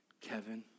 Kevin